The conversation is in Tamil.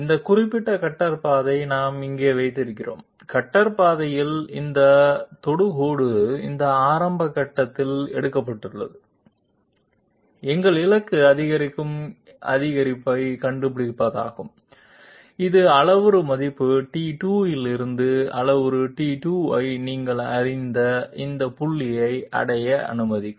இந்த குறிப்பிட்ட கட்டர் பாதையை நாம் இங்கு வைத்திருக்கிறோம் கட்டர் பாதையில் இந்த தொடுகோடு இந்த ஆரம்ப கட்டத்தில் எடுக்கப்பட்டுள்ளது எங்கள் இலக்கு அதிகரிக்கும் அதிகரிப்பைக் கண்டுபிடிப்பதாகும் இது அளவுரு மதிப்பு t2 இலிருந்து அளவுரு t2 ஐ நீங்கள் அறிந்த இந்த புள்ளியை அடைய அனுமதிக்கும்